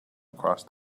across